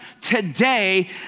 today